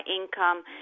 income